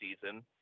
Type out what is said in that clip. season